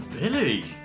Billy